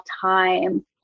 time